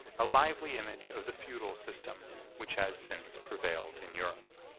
a lively image of the feudal system which has since prevailed in europe.